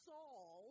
Saul